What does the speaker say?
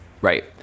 right